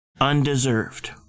undeserved